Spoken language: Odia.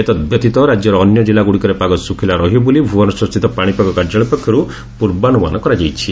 ଏତଦ୍ବ୍ୟତୀତ ରାକ୍ୟର ଅନ୍ୟ ଜିଲ୍ଲାଗୁଡ଼ିକରେ ପାଗ ଶୁଖ୍ଲା ରହିବ ବୋଲି ଭୁବନେଶ୍ୱରସ୍ଥିତ ପାଣିପାଗ କାର୍ଯ୍ୟାଳୟ ପକ୍ଷରୁ ପୂର୍ବାନୁମାନ କରାଯାଇଛି